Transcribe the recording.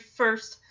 first